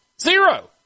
Zero